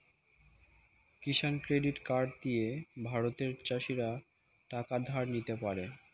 কিষান credit card দিয়ে ভারতের চাষীরা টাকা ধার নিতে পারে